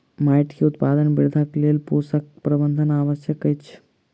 माइट के उत्पादन वृद्धिक लेल पोषक प्रबंधन आवश्यक अछि